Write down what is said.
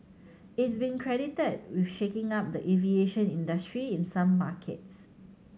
is been credited with shaking up the aviation industry in some markets